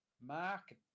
mark